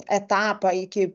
etapą iki